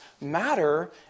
matter